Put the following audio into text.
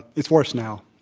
it's worse now.